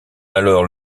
alors